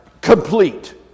complete